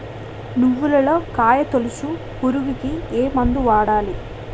నువ్వులలో కాయ తోలుచు పురుగుకి ఏ మందు వాడాలి?